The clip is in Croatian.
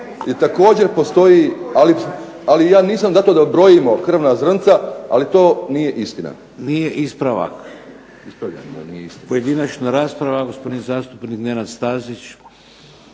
razumije./… Ali ja nisam za to da brojimo krvna zrnca, ali to nije istina. **Šeks, Vladimir (HDZ)** Nije ispravak. Pojedinačna rasprava, gospodin zastupnik Nenad Stazić.